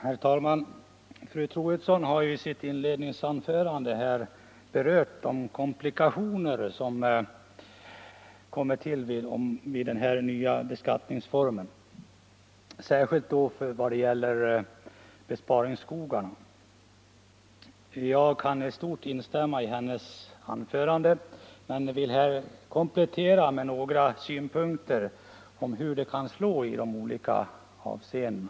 Herr talman! Fru Troedsson har i sitt inledningsanförande berört de komplikationer som den nya beskattningsformen medför, särskilt då i vad det gäller besparingsskogarna. Jag kan i stort instämma i hennes anförande men vill komplettera med några synpunkter på hur beskattningen kan slå i olika avseenden.